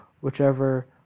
whichever